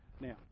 now